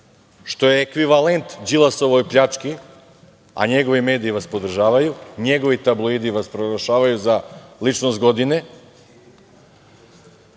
što je ekvivalent Đilasovoj pljački, a njegovi mediji vas podržavaju, njegovi tabloidi vas proglašavaju za ličnost godine,